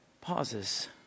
pauses